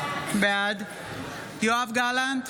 בעד יואב גלנט,